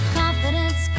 confidence